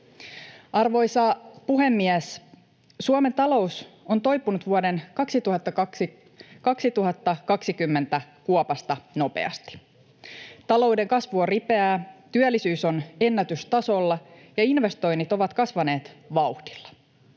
Arvoisa puhemies! Suomen talous on toipunut vuoden 2020 kuopasta nopeasti. Talouden kasvu on ripeää, työllisyys on ennätystasolla ja investoinnit ovat kasvaneet vauhdilla.